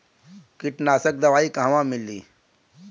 कीटनाशक दवाई कहवा मिली?